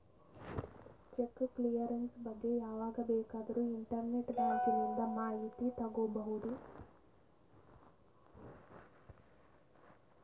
check clearance ಬಗ್ಗೆ ಯಾವಾಗ ಬೇಕಾದರೂ ಇಂಟರ್ನೆಟ್ ಬ್ಯಾಂಕಿಂದ ಮಾಹಿತಿ ತಗೋಬಹುದು